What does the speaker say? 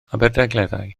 aberdaugleddau